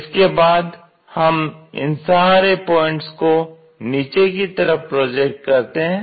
इसके बाद हम इन सारे पॉइंट्स को नीचे की तरफ प्रोजेक्ट करते हैं